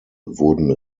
wurden